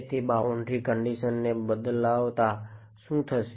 તેથી boundary condition ને બદલાવતા શું થશે